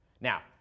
Now